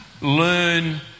learn